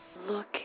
Look